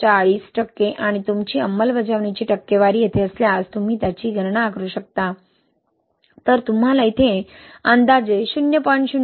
040 आणि तुमची अंमलबजावणीची टक्केवारी येथे असल्यास तुम्ही त्याची गणना करू शकता तर तुम्हाला येथे अंदाजे 0